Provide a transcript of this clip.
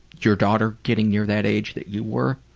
your daughter getting near that age that you were?